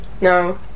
No